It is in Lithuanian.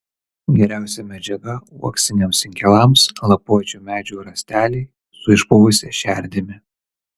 geriausia medžiaga uoksiniams inkilams lapuočių medžių rąsteliai su išpuvusia šerdimi